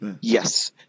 Yes